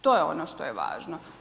To je ono što je važno.